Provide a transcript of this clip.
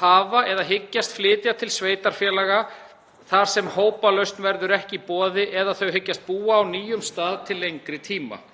hafa flutt eða hyggjast flytja til sveitarfélaga þar sem hópalausn verður ekki í boði eða þau hyggjast búa á nýjum stað til lengri tíma.